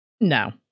no